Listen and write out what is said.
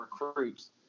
recruits